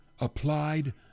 applied